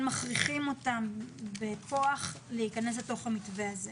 מכריחים אותם בכוח להיכנס לתוך המתווה הזה,